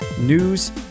news